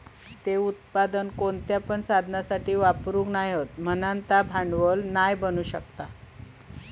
ते उत्पादन कोणत्या पण साधनासाठी वापरूक नाय हत म्हणान ते भांडवल नाय बनू शकत